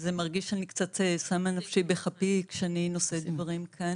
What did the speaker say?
זה מרגיש שאני קצת שמה את נפשי בכפי כשאני נושאת דברים כאן.